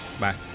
Bye